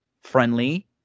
friendly